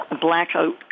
blackout